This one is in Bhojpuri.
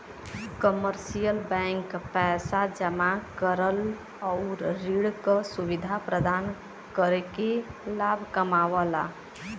कमर्शियल बैंक पैसा जमा करल आउर ऋण क सुविधा प्रदान करके लाभ कमाला